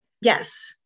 Yes